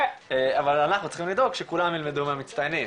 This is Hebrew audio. אבל אנחנו צריכים שכולם ילמדו מהמצטיינים,